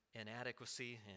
inadequacy